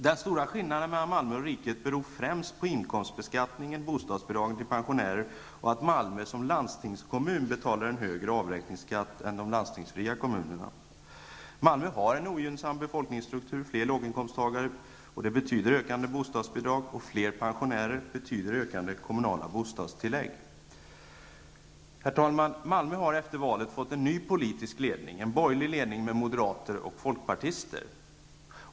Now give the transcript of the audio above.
Den stora skillnaden mellan Malmö och riket i övrigt beror främst på inkomstbeskattningen och bostadsbidragen till pensionärer och på att Malmö som landstingskommun betalar en högre avräkningsskatt än de landstingsfria kommunerna. Malmö har en ogynnsam befolkningsstruktur -- fler låginkomsttagare betyder ökande bostadsbidrag, och fler pensionärer betyder ökande kommunalt bostadstillägg. Herr talman! Malmö har efter valet fått en ny politisk ledning, en borgerlig ledning med moderater och folkpartister.